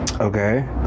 Okay